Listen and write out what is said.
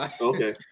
Okay